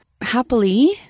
Happily